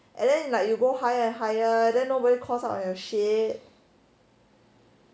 and then like you go higher and higher then nobody calls out of your shit